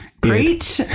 Great